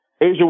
Asia